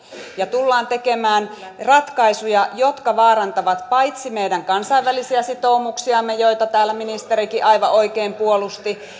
ja tullaan tekemään ratkaisuja jotka paitsi vaarantavat meidän kansainvälisiä sitoumuksiamme joita täällä ministerikin aivan oikein puolusti myöskin